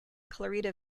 clarita